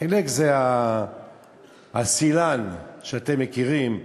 "חילק" זה הסילאן שאתם מכירים,